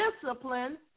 discipline